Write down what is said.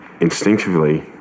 Instinctively